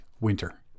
winter